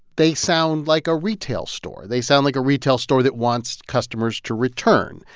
they sound like a retail store. they sound like a retail store that wants customers to return.